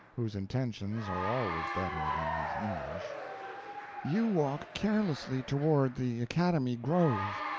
whose intentions are always better than his english you walk carelessly toward the academy grove,